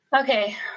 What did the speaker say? Okay